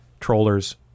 Trollers